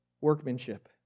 workmanship